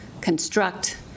construct